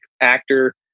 actor